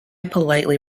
politely